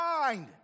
mind